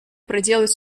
проделать